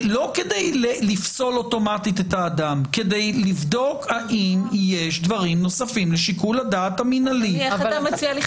ההגבלה בסעיף 30, שאומרת שיש גופים שיכולים רק